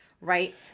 right